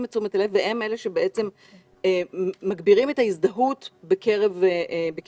את תשומת הלב והם אלה שבעצם מגבירים את ההזדהות בקרב האזרחים.